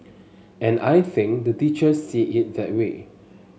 and I think the teachers see it that way